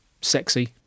sexy